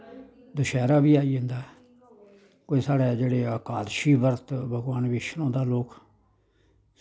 दशैह्रा बी आई जंदा ऐ कोई साढ़ा जेह्ड़े आकादशी बर्त भगवान बिश्नू दा लोक